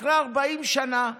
אחרי 40 שנה,